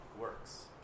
works